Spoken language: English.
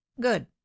good